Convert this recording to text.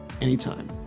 anytime